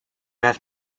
have